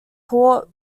port